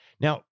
Now